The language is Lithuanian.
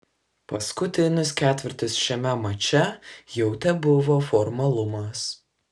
paskutinis ketvirtis šiame mače jau tebuvo formalumas